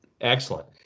Excellent